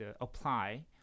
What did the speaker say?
apply